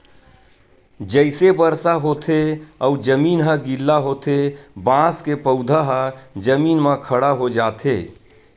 जइसे बरसा होथे अउ जमीन ह गिल्ला होथे बांस के पउधा ह जमीन म खड़ा हो जाथे